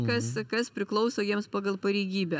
kas kas priklauso jiems pagal pareigybę